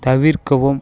தவிர்க்கவும்